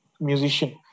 musician